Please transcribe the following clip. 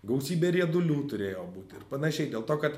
gausybė riedulių turėjo būt ir panašiai dėl to kad